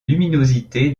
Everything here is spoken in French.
luminosité